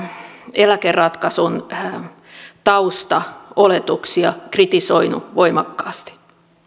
eläkeratkaisun taustaoletuksia kritisoineet voimakkaasti